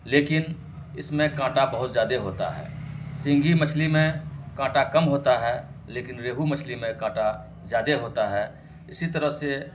لیکن اس میں کانٹا بہت زیادہ ہوتا ہے سینگھی مچھلی میں کانٹا کم ہوتا ہے لیکن ریہو مچھلی میں کانٹا زیادہ ہوتا ہے اسی طرح سے